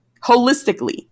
holistically